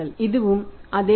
இதுவும் அதே போல்